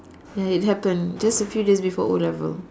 ya it happened just a few days before O-level